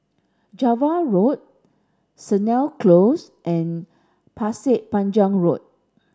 Java Road Sennett Close and Pasir Panjang Road